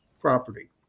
property